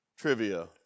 trivia